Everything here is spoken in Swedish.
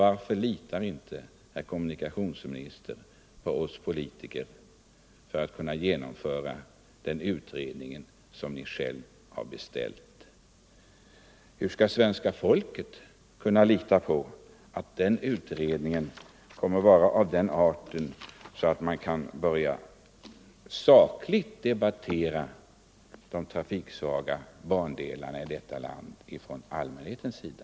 Varför litar Ni inte, herr kommunikationsminister, så mycket på oss politiker att Ni vill ge oss det material vi behöver för att kunna fullgöra den utredning som Ni själv har beställt? Hur skall då svenska folket kunna lita på att utredningens resultat blir av den arten att det kan läggas till grund för en saklig debatt från allmänhetens sida om de trafiksvaga bandelarna?